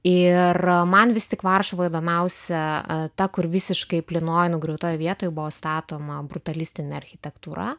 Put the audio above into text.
ir man vis tik varšuvoj įdomiausia ta kur visiškai plynoj nugriautoj vietoj buvo statoma brutalistinė architektūra